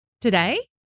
today